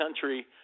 country